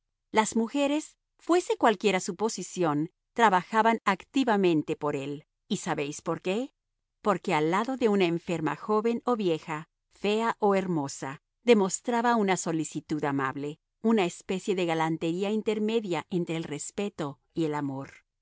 las mujeres fuese cualquiera su posición trabajaban activamente por él y sabéis por qué porque al lado de una enferma joven o vieja fea o hermosa demostraba una solicitud amable una especie de galantería intermedia entre el respeto y el amor